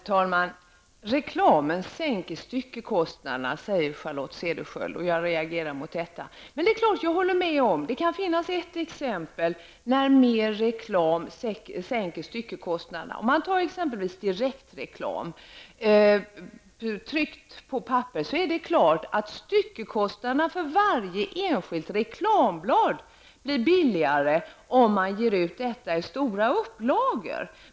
Herr talman! Reklamen bidrar till att styckekostnaden kan sänkas, säger Charlotte Cederschiöld. Jag reagerar mot detta påstående. Men jag håller med om att det finns åtminstone ett exempel på att mer reklam gör att styckekostnaden kan sänkas. Jag tänker då på direktreklam tryckt på papper. Det är klart att styckekostnaden för varje enskilt reklamblad påverkas av upplagans storlek.